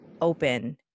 open